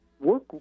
work